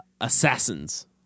assassins